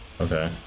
okay